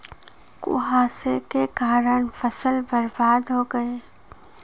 कुहासे के कारण फसल बर्बाद हो गयी